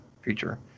feature